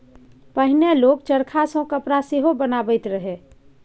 पहिने लोक चरखा सँ कपड़ा सेहो बनाबैत रहय